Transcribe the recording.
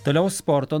toliau sporto